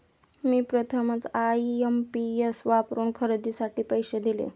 मी प्रथमच आय.एम.पी.एस वापरून खरेदीसाठी पैसे दिले